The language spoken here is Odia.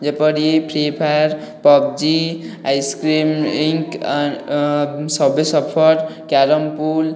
ଯେପରି Free Fire PUBG ice cream Inc Subway Surfer Carrom pool